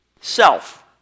Self